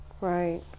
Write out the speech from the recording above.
Right